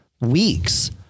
weeks